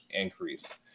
increase